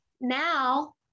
now